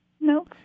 No